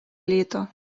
літо